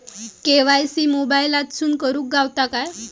KYC मोबाईलातसून करुक गावता काय?